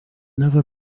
never